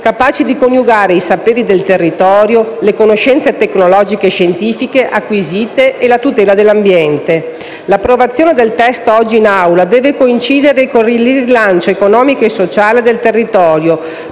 capaci di coniugare i saperi del territorio, le conoscenze tecnologiche e scientifiche acquisite e la tutela dell'ambiente. L'approvazione del testo oggi in Aula deve coincidere con il rilancio economico e sociale del territorio,